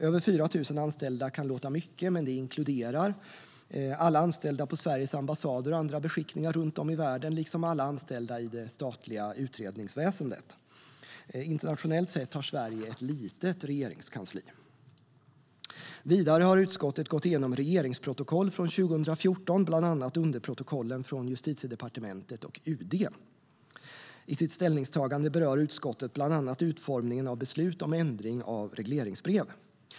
Över 4 000 anställda kan låta mycket, men det inkluderar alla anställda på Sveriges ambassader och andra beskickningar runt om i världen liksom alla anställda i det statliga utredningsväsendet. Internationellt sett har Sverige ett litet regeringskansli. Vidare har utskottet gått igenom regeringsprotokoll från 2014, bland annat underprotokollen från Justitiedepartementet och UD. I sitt ställningstagande berör utskottet bland annat utformningen av beslut om ändring av regleringsbrev.